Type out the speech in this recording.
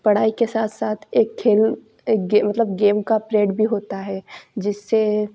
पढ़ाई के साथ साथ एक खेल एक गेम मतलब गेम का पीरियड भी होता है जिससे